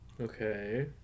Okay